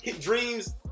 dreams